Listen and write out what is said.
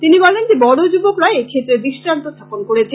তিনি বলেন যে বড়ো যুবকরা এক্ষেত্রে দৃষ্টান্ত স্থাপন করেছে